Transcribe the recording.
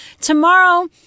Tomorrow